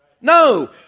No